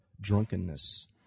drunkenness